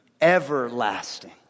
Everlasting